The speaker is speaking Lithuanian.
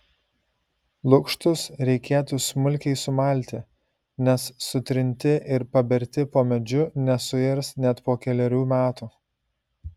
lukštus reikėtų smulkiai sumalti nes sutrinti ir paberti po medžiu nesuirs net po kelerių metų